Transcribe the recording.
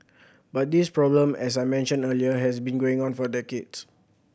but this problem as I mentioned earlier has been going on for decades